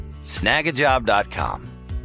snagajob.com